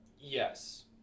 Yes